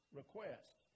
request